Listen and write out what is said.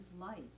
life